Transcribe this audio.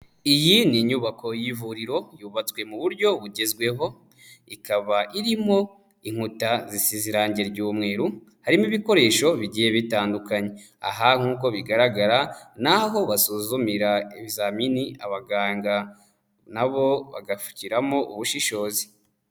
Iyi ni inyubako y'ivuriro yubatswe mu buryo bugezweho, ikaba irimo inkuta zisize irange ry'umweru, harimo ibikoresho bigiye bitandukanye. aha nk'uko bigaragara ni aho basuzumira ibizamini abaganga na bo bagashiramo ubushishozi.